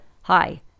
Hi